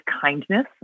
kindness